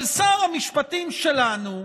שר המשפטים שלנו,